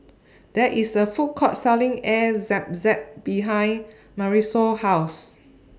There IS A Food Court Selling Air Zam Zam behind Marisol's House